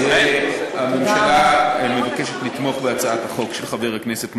אז הממשלה מבקשת לתמוך בהצעת החוק של חבר הכנסת מקלב.